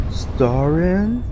starring